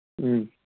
ꯎꯝ